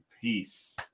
peace